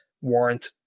warrant